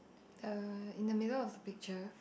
uh in the middle of the picture